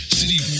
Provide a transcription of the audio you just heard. city